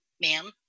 ma'am